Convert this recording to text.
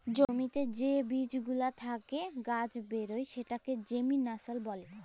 জ্যমিতে যে বীজ গুলা থেক্যে গাছ বেরয় সেটাকে জেমিনাসল ব্যলে